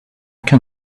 can